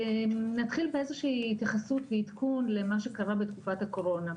נתחיל באיזו שהיא התייחסות ועדכון למה שקרה בתקופת הקורונה.